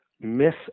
miss